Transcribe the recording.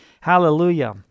Hallelujah